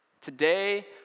today